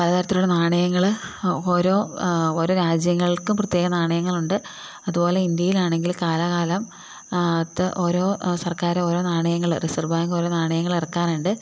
പലതരത്തിലൊള്ള നാണയങ്ങൾ ഓരോ ഓരോ രാജ്യങ്ങൾക്കും പ്രത്യേകം നാണയങ്ങൾ ഉണ്ട് അതു പോലെ ഇന്ത്യയിലാണെങ്കിൽ കാലാകാലം ത്ത് ഓരോ സർക്കാർ ഓരോ നാണയങ്ങൾ റിസർവ്വ് ബാങ്കുകാർ നാണയങ്ങൾ ഇറക്കാറുണ്ട്